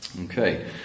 Okay